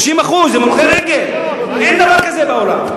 30% הם הולכי-רגל, אין דבר כזה בעולם.